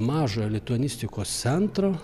mažojo lituanistikos centro